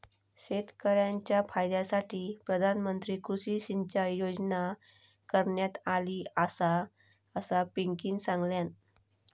शेतकऱ्यांच्या फायद्यासाठी प्रधानमंत्री कृषी सिंचाई योजना करण्यात आली आसा, असा पिंकीनं सांगल्यान